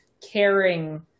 caring